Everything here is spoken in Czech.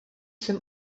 sem